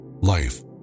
Life